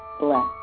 Bless